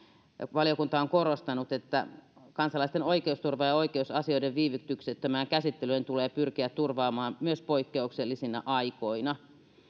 valiokunta on korostanut että kansalaisten oikeusturva ja oikeus asioiden viivytyksettömään käsittelyyn tulee pyrkiä turvaamaan myös poikkeuksellisina aikoina